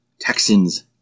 Texans